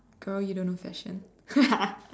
girl you don't know fashion